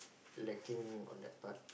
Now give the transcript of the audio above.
lacking on that part